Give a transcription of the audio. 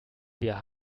wir